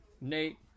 Nate